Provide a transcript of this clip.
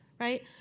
right